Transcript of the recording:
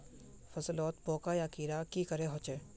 फसलोत पोका या कीड़ा की करे होचे?